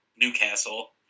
Newcastle